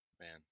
Man